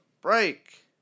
break